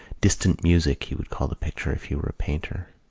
distant music he would call the picture if he were a painter.